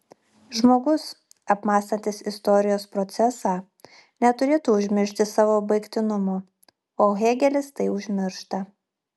žmogus apmąstantis istorijos procesą neturėtų užmiršti savo baigtinumo o hėgelis tai užmiršta